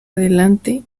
adelante